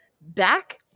back